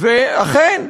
אכן.